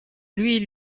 lui